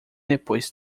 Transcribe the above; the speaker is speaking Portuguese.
depois